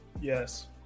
Yes